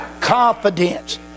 Confidence